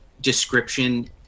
description